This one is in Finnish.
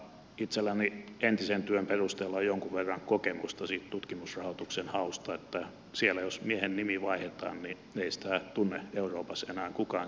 itselläni entisen työn perusteella on jonkun verran kokemusta siitä tutkimusrahoituksen hausta että siellä jos miehen nimi vaihdetaan niin ei sitä tunne euroopassa enää kukaan sen jälkeen